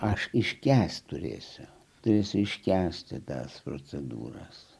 aš iškęsiu turėsi turėsi iškęsti tas procedūras